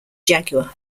jaguar